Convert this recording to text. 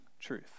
truth